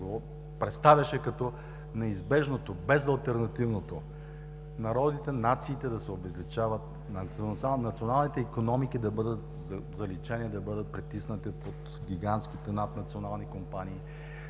се представяше като неизбежното, безалтернативното народите, нациите да се обезличават, националните икономики да бъдат заличени, да бъдат притиснати под гигантските наднационални компании,